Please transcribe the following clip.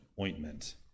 ointment